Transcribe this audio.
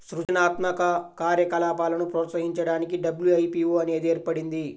సృజనాత్మక కార్యకలాపాలను ప్రోత్సహించడానికి డబ్ల్యూ.ఐ.పీ.వో అనేది ఏర్పడింది